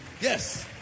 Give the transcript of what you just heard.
Yes